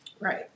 Right